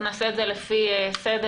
נעשה את זה לפי סדר.